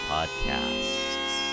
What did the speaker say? Podcasts